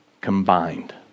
combined